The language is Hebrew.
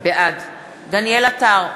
בעד דניאל עטר,